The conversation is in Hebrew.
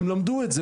הן למדו את זה,